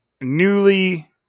newly